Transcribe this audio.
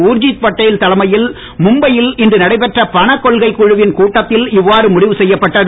ஊர்ஜித் பட்டேல் தலைமையில் மும்பையில் இன்று நடைபெற்ற பணக் கொள்கைக் குழுவின் கூட்டத்தில் இவ்வாறு முடிவு செய்யப்பட்டது